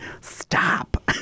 stop